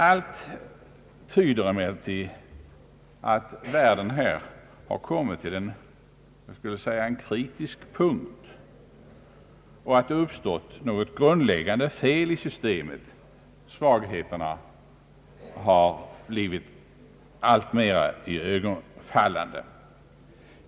Allt tyder emellertid på att världen här kommit till — jag vill säga — en kritisk punkt och att det uppstått något grundläggande fel i systemet. Svagheterna har blivit alltmera iögonenfallande.